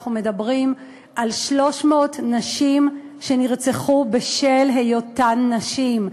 אנחנו מדברים על 300 נשים שנרצחו בשל היותן נשים,